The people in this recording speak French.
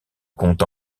compte